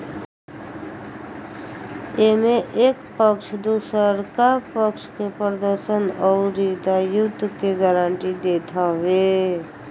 एमे एक पक्ष दुसरका पक्ष के प्रदर्शन अउरी दायित्व के गारंटी देत हवे